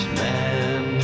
man